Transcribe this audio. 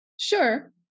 Sure